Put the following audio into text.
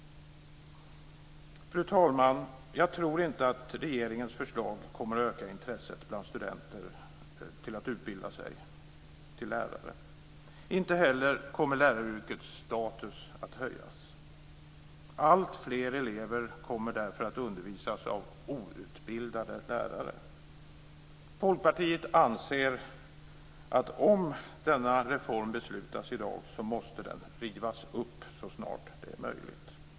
Fru talman! Jag tror inte att regeringens förslag kommer att öka intresset bland studenter för att utbilda sig till lärare. Inte heller kommer läraryrkets status att höjas. Alltfler elever kommer därför att undervisas av outbildade lärare. Folkpartiet anser att denna reform, om det beslutas om den i dag, måste rivas upp så snart det är möjligt.